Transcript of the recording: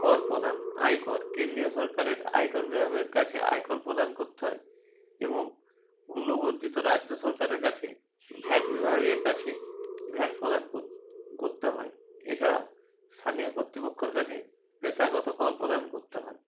কর প্রদান আয়কর কেন্দ্রীয় সরকারের আয়কর বিভাগের কাছে আয়কর প্রদান করতে হয় এবং মূল্য বর্ধিত রাজ্য সরকারের কাছে ভ্যাট বিভাগের কাছে ভ্যাট প্রদান কোত করতে হয় এছাড়া স্থানীয় কর্তৃপক্ষর কাছে পেশাগত কর প্রদান করতে হয়